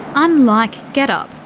unlike getup,